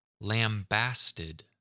lambasted